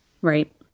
Right